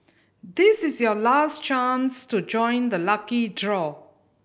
this is your last chance to join the lucky draw